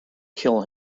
kill